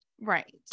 Right